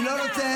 בושה.